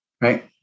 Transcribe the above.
right